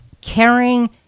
caring